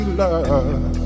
love